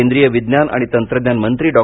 केंद्रीय विज्ञान आणि तंत्रज्ञान मंत्री डॉ